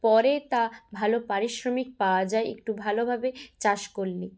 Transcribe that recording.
পরে তা ভালো পারিশ্রমিক পাওয়া যায় একটু ভালোভাবে চাষ করলে